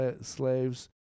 slaves